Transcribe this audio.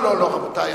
לא, לא, רבותי.